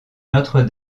notre